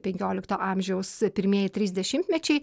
penkiolikto amžiaus pirmieji trys dešimtmečiai